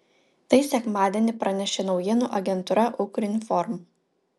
tai sekmadienį pranešė naujienų agentūra ukrinform